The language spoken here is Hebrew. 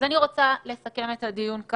אני רוצה לסכם את הדיון: